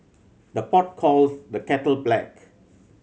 the pot calls the kettle black